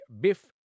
biff